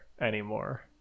anymore